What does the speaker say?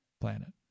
planet